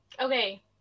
Okay